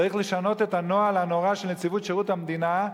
צריך לשנות את הנוהל הנורא של נציבות שירות המדינה,